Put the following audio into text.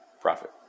profit